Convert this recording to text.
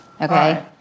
okay